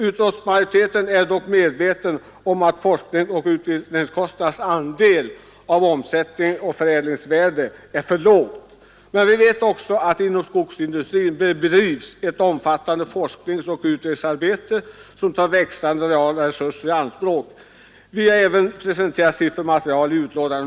Utskottsmajoriteten är medveten om att forskningsoch utvecklingskostnadernas andel av omsättningen och förädlingsvärdet är för låg, men vi vet också att det inom skogsindustrin bedrivs ett omfattande forskningsoch utvecklingsarbete, som tar växande reala resurser i anspråk. Vi har i betänkandet även presenterat material om detta.